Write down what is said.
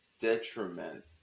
detriment